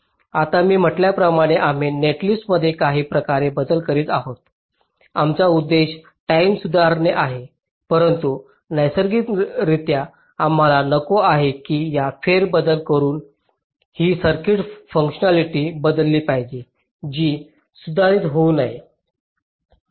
आता मी म्हटल्या प्रमाणे आम्ही नेटलिस्टमध्ये काही प्रकारे बदल करीत आहोत आमचा उद्देश टाईम सुधारणे आहे परंतु नैसर्गिकरित्या आम्हाला नको आहे की या फेरबदल करून ही सर्किट फुंकशनॅलिटी बदलली पाहिजे जी सुधारित होऊ नये